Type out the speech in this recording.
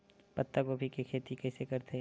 पत्तागोभी के खेती कइसे करथे?